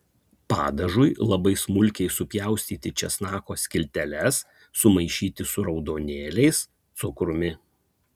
padažui labai smulkiai supjaustyti česnako skilteles sumaišyti su raudonėliais cukrumi